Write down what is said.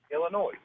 Illinois